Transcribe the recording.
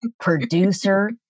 Producer